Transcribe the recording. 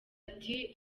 ati